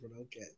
Okay